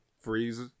Freeze